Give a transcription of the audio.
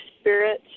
spirit